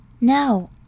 No